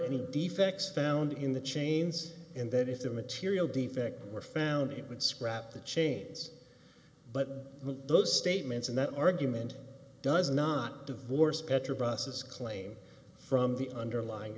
any defects found in the chains and that if the material defects were found it would scrap the chains but those statements and that argument does not divorce petra process claim from the underlying